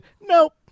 Nope